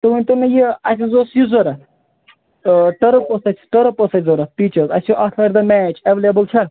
تُہۍ ؤنتو مےٚ یہِ اسہِ حظ اوس یہِ ضروٗرت ٲں ٹٔرٕف اوس اسہِ ٹٔرٕف اوس اسہِ ضروٗرت پِچَس حظ اسہِ چھُ آتھٕوارِ دۄہ میچ ایٚوَیٚلیبٕل چھَا